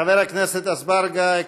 חבר הכנסת אזברגה,